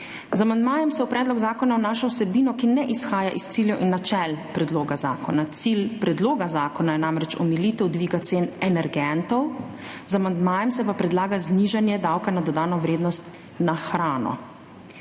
Z amandmajem se v predlog zakona vnaša vsebino, ki ne izhaja iz ciljev in načel predloga zakona, cilj predloga zakona je namreč omilitev dviga cen energentov, z amandmajem pa se predlaga znižanje davka na dodano vrednost na hrano.